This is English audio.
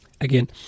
Again